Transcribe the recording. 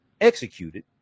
executed